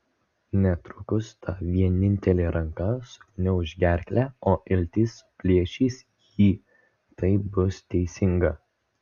netrukus ta vienintelė ranka sugniauš gerklę o iltys suplėšys jį taip bus teisinga